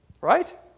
Right